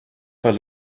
per